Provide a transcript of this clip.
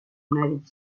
united